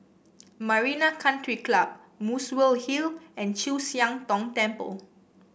Marina Country Club Muswell Hill and Chu Siang Tong Temple